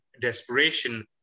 desperation